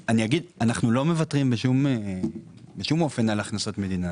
אנו לא מוותרים בשום אופן על הכנסות מדינה.